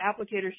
applicators